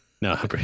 No